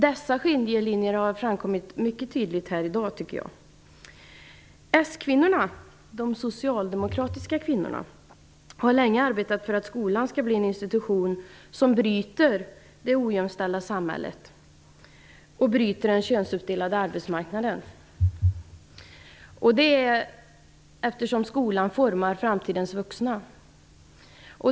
Dessa skiljelinjer har framkommit mycket tydligt här i dag, tycker jag. De socialdemokratiska kvinnorna har länge arbetat för att skolan skall bli en institution som bryter det ojämställda samhället och bryter den könsuppdelade arbetsmarknaden, eftersom skolan formar framtidens vuxna.